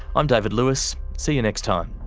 i'm david lewis, see you next time